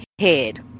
head